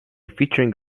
featuring